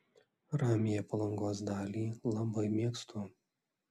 ramiąją palangos dalį labai mėgstu